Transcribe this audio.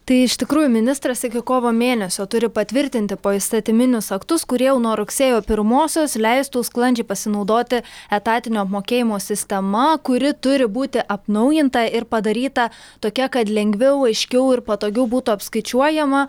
tai iš tikrųjų ministras iki kovo mėnesio turi patvirtinti poįstatyminius aktus kurie nuo rugsėjo pirmosios leistų sklandžiai pasinaudoti etatinio apmokėjimo sistema kuri turi būti atnaujinta ir padaryta tokia kad lengviau aiškiau ir patogiau būtų apskaičiuojama